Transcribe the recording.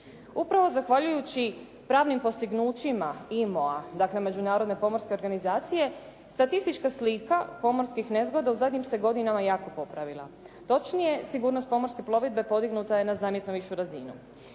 Upravo zahvaljujući pravnim postignućima IMO-a, dakle međunarodne pomorske organizacije, statistička slika pomorskih nezgoda u zadnjim se godinama jako popravila, točnije sigurnost pomorske plovidbe podignuta je na zamjetno višu razinu.